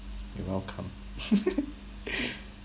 you're welcome